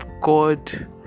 god